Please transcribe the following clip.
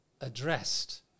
addressed